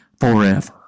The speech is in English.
forever